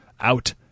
out